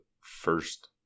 first